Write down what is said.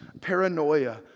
paranoia